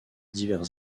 divers